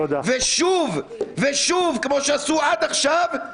ושוב ושוב, כמו שעשו עד עכשיו,